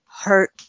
hurt